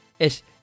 Es